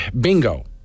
Bingo